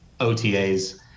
OTAs